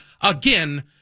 again